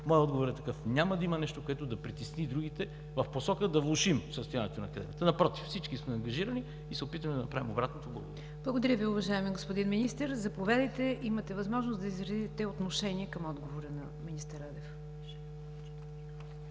моят отговор е такъв: няма да има нещо, което да притесни другите, в посока да влошим състоянието на Академията. Напротив, всички сме ангажирани и се опитваме да направим обратното. Благодаря. ПРЕДСЕДАТЕЛ НИГЯР ДЖАФЕР: Благодаря Ви, уважаеми господин Министър. Заповядайте, имате възможност да изразите отношение към отговора на министър Радев.